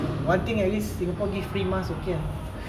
one thing at least singapore give free mask okay ah